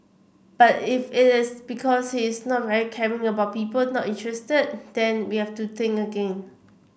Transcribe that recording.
but if it is because he is not very caring about people not interested then we have to think again